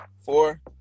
Four